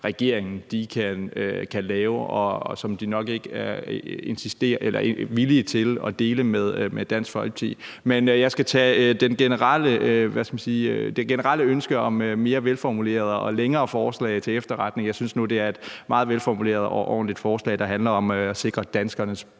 regeringen kan lave, og som de nok ikke er villige til at dele med Dansk Folkeparti. Men jeg skal tage det generelle ønske om mere velformulerede og længere forslag til efterretning. Jeg synes nu, det er et meget velformuleret og ordentligt forslag, der handler om at sikre danskernes